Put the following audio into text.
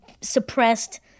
suppressed